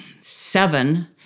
seven